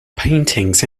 paintings